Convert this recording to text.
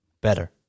better